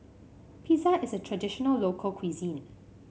pizza is a traditional local cuisine